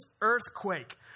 earthquake